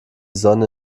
sonne